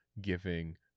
giving